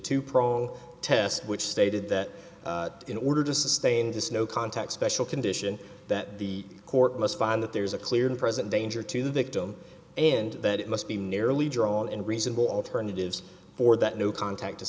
two prong test which stated that in order to sustain this no contact special condition that the court must find that there is a clear and present danger to the victim and that it must be nearly drawn and reasonable alternatives for that no contact to